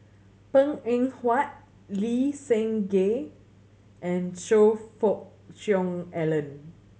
Png Eng Huat Lee Seng Gee and Choe Fook Cheong Alan